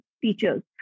teachers